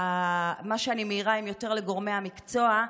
מה שאני מעירה הוא יותר לגורמי המקצוע,